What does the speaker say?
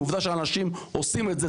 עובדה שאנשים עושים את זה.